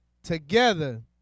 Together